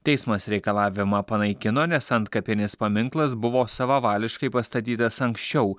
teismas reikalavimą panaikino nes antkapinis paminklas buvo savavališkai pastatytas anksčiau